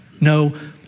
No